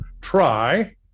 try